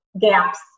gaps